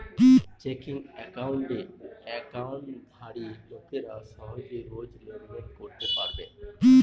checking একাউণ্টে একাউন্টধারী লোকেরা সহজে রোজ লেনদেন করতে পারবে